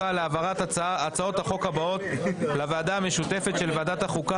להעברת הצעות החוק הבאות לוועדה משותפת של ועדת החוקה,